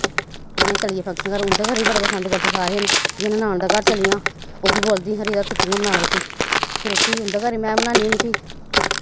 इ'यां चलियै फंक्शन घर उं'दे घर बी बड़ा पसंद करदे सारे गै जनें जि'यां ननान दे घर चली जां ओह् बी बोलदी रिआ तू गै बना रुट्टी फिर रुट्टी उं'दे घर बी में बनान्नी होन्नी फ्ही